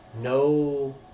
no